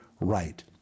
right